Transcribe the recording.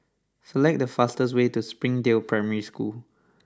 select the fastest way to Springdale Primary School